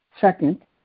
Second